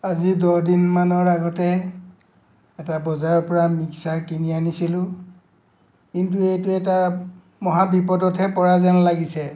আজি দহদিন মানৰ আগতে এটা বজাৰৰ পৰা মিক্সাৰ কিনি আনিছিলোঁ কিন্তু এইটো এটা মহা বিপদতহে পৰা যেন লাগিছে